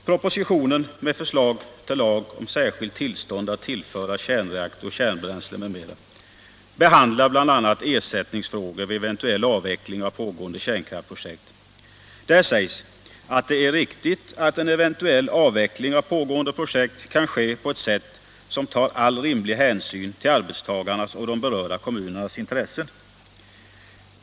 Propositionen med förslag till lag om särskilt tillstånd att tillföra kärnreaktor kärnbränsle m.m. behandlar bl.a. ersättningsfrågor vid eventuell avveckling av pågående kärnkraftsprojekt. Där sägs att det är riktigt att en eventuell avveckling av pågående projekt kan ske på ett sätt som tar all rimlig hänsyn till arbetstagarnas och de berörda kommunernas intressen.